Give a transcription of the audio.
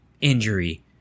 injury